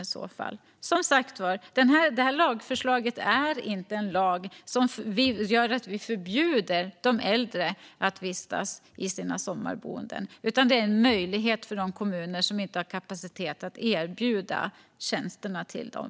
Detta lagförslag är som sagt inte en lag som gör att vi förbjuder de äldre att vistas i sina sommarboenden, utan det innebär en möjlighet för de kommuner som inte har kapacitet att erbjuda tjänsterna till dem.